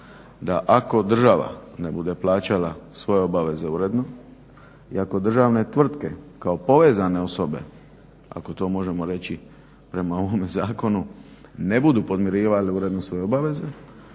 da ako država ne bude plaćala svoje obaveze uredno i ako državne tvrtke kao povezane osobe ako to možemo reći prema ovome Zakonu ne budu podmirivale uredno svoju obavezu